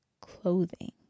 clothing